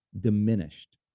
diminished